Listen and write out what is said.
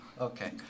Okay